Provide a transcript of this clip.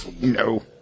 No